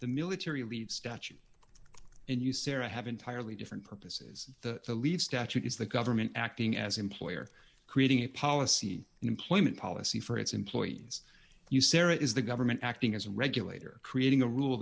the military leave statute and you sara have entirely different purposes the lead statute is the government acting as employer creating a policy and employment policy for its employees usera is the government acting as a regulator creating a rule